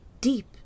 Deep